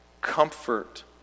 Comfort